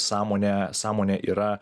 sąmonė sąmonė yra